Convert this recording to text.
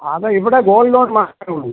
അതെ ഇവിടെ gold loan മാത്രമേ ഉള്ളൂ